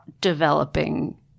developing